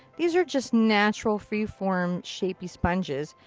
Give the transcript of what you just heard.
these are just natural, free form, shapey sponges.